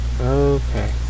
Okay